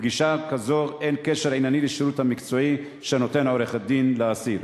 לפגישה כזו אין קשר ענייני לשירות המקצועי שנותן עורך-דין לאסיר".